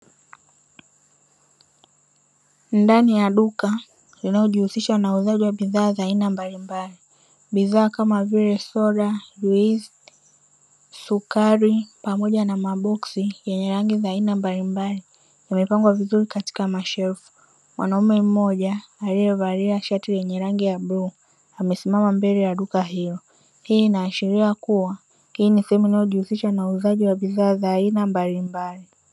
Ndani ya duka linalojihusisha na uuzaji wa bidhaa za aina mbalimbali bidhaa kama vile soda ,juisi, sukari pamoja na maboksi yenye rangi za aina mbalimbali yamepangwa vizuri katika mashelfu, wanaume mmoja aliyevalia shati yenye rangi ya bluu amesimama mbele ya duka hilo ,hii inaashiria kuwa hii ni sehemu inayojihusisha na uuzaji wa bidhaa za aina mbalimbali.